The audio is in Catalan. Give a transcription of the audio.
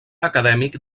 acadèmic